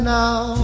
now